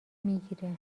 میگیره